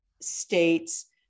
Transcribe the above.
states